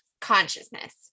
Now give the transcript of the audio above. consciousness